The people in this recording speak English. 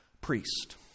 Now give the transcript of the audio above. priest